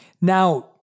Now